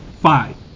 Five